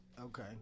Okay